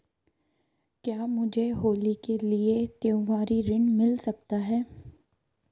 क्या मुझे होली के लिए त्यौहारी ऋण मिल सकता है?